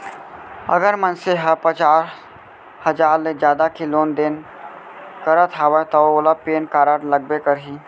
अगर मनसे ह पचार हजार ले जादा के लेन देन करत हवय तव ओला पेन कारड लगबे करही